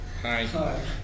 Hi